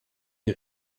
die